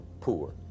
poor